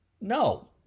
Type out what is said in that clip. No